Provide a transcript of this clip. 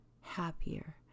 happier